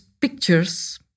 pictures